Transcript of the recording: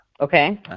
Okay